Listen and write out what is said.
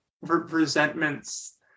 resentments